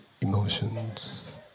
emotions